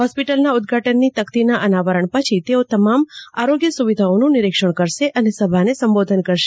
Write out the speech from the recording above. હોસ્પિટલના ઉદઘાટનની તકતીના અનાવરણ પછી તેઓ તમામ આરોગ્ય સ્વિદ્યાઓનું નિરિક્ષણ કરશે અને સભાને સંબોધન કરશે